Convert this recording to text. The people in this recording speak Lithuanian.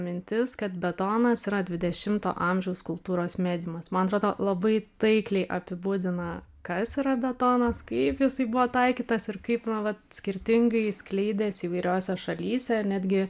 mintis kad betonas yra dvidešimto amžiaus kultūros mediumas man atrodo labai taikliai apibūdina kas yra betonas kaip jisai buvo taikytas ir kaip nu vat skirtingai skleidėsi įvairiose šalyse netgi